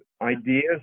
ideas